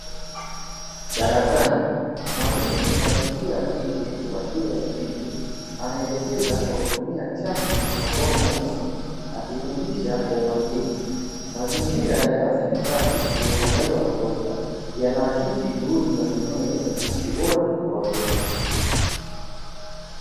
Darasani, mwalimu wa jinsia ya kike wa shule ya msingi anaelekeza kwa kutumia chaki na ubao mweusi akifundisha kwa umakini. Mazingira ya darasa ni safi yenye mwangaza wa kutosha yanaakisi juhudi za kuinua elimu za msingi bora kwa watoto.